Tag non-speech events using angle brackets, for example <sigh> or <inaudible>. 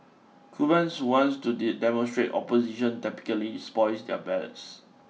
Cubans who wants to <unintelligible> demonstrate opposition typically spoil their ballots